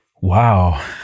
Wow